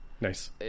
Nice